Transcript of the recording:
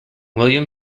william